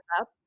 up